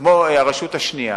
כמו הרשות השנייה